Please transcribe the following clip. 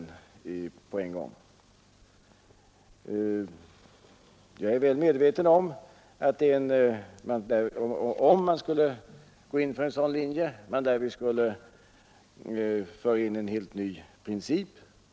Om man skulle gå in för en sådan linje, är jag medveten om att man därmed skulle föra in en helt ny princip. Jag är nu inte beredd att förorda en sådan, men vi måste här i riksdagen diskutera alla tänkbara möjligheter för att få en bättre ordning på både programverksamhetens kvalitet och saklighet än vi för närvarande har.